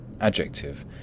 adjective